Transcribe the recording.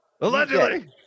Allegedly